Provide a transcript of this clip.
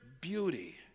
beauty